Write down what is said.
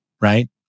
right